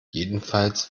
jedenfalls